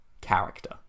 Character